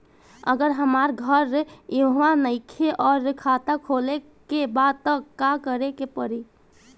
अगर हमार घर इहवा नईखे आउर खाता खोले के बा त का करे के पड़ी?